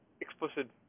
explicit